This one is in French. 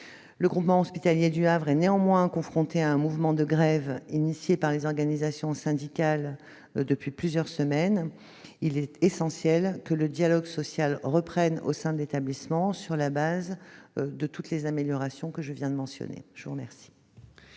Le groupement hospitalier du Havre est néanmoins confronté à un mouvement de grève engagé par les organisations syndicales depuis plusieurs semaines. Il est essentiel que le dialogue social reprenne au sein de l'établissement sur le fondement de toutes les améliorations que je viens de mentionner. La parole